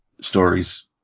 stories